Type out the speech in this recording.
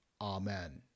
Amen